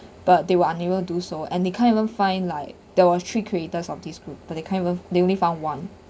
but they were unable do so and they can't even find like there was three creators of this group but they can't even they only found one